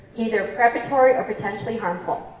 either preparatory or potentially harmful?